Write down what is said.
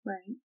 Right